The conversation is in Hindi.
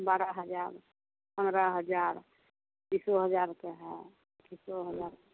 बारह हजार पंद्रह हजार बीस हजार के हैं तीस हजार